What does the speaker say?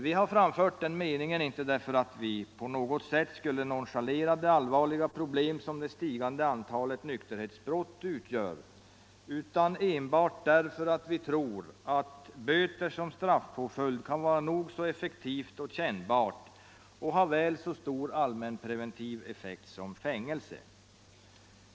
Vi har framfört den meningen inte därför att vi på något sätt skulle nonchalera de allvarliga problem som det stigande antalet nykterhetsbrott utgör utan enbart därför att vi tror att böter som straffpåföljd kan vara nog så effektiva och kännbara och ha väl så stor allmänpreventiv effekt som fängelse.